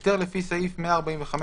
טור ב' טור ג'